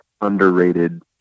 underrated